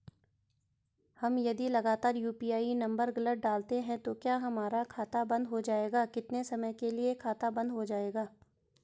हम यदि लगातार यु.पी.आई नम्बर गलत डालते हैं तो क्या हमारा खाता बन्द हो जाएगा कितने समय के लिए खाता बन्द हो जाएगा?